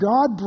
God